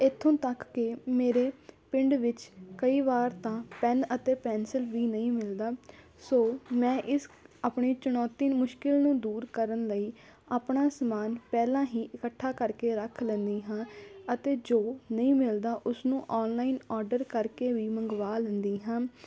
ਇੱਥੋਂ ਤੱਕ ਕਿ ਮੇਰੇ ਪਿੰਡ ਵਿੱਚ ਕਈ ਵਾਰ ਤਾਂ ਪੈੱਨ ਅਤੇ ਪੈੱਨਸਿਲ ਵੀ ਨਹੀਂ ਮਿਲਦਾ ਸੋ ਮੈਂ ਇਸ ਆਪਣੀ ਚੁਣੌਤੀ ਨੂੰ ਮੁਸ਼ਕਿਲ ਨੂੰ ਦੂਰ ਕਰਨ ਲਈ ਆਪਣਾ ਸਮਾਨ ਪਹਿਲਾਂ ਹੀ ਇਕੱਠਾ ਕਰ ਕੇ ਰੱਖ ਲੈਂਦੀ ਹਾਂ ਅਤੇ ਜੋ ਨਹੀਂ ਮਿਲਦਾ ਉਸ ਨੂੰ ਔਨਲਾਈਨ ਔਡਰ ਕਰ ਕੇ ਵੀ ਮੰਗਵਾ ਲੈਂਦੀ ਹਾਂ